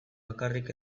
bakarrik